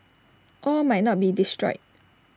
all might not be destroyed